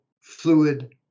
fluid